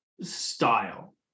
style